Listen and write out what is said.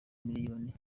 miliyoni